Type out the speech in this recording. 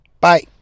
Bye